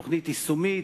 תוכנית יישומית,